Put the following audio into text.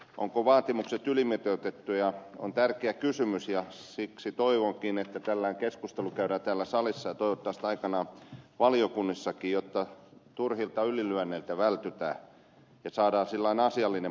ovatko vaatimukset ylimitoitettuja on tärkeä kysymys ja siksi toivonkin että tällainen keskustelu käydään täällä salissa ja toivottavasti aikanaan valiokunnissakin jotta turhilta ylilyönneiltä vältytään ja saadaan asiallinen pohja sille asialle